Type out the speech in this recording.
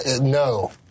No